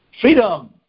freedom